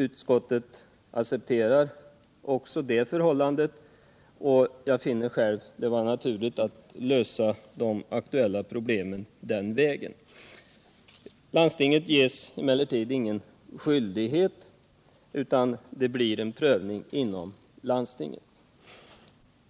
Utskottet accepterar också det förhållandet, och jag finner det vara naturligt att lösa de aktuella problemen den vägen. Landstinget ges emellertid ingen skyldighet, utan det blir en prövning inom landstinget.